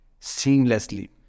seamlessly